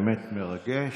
באמת מרגש.